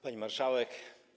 Pani Marszałek!